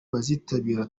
bazitabira